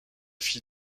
fille